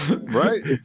right